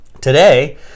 today